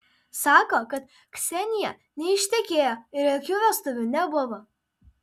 sako kad ksenija neištekėjo ir jokių vestuvių nebuvo